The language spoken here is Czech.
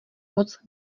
moc